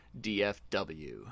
dfw